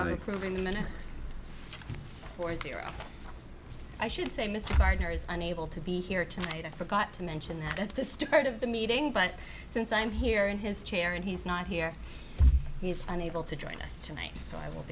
of proving minutes for zero i should say mr gardner is unable to be here tonight i forgot to mention that at the start of the meeting but since i'm here in his chair and he's not here he's unable to join us tonight so i will